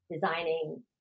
designing